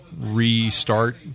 restart